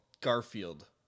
Garfield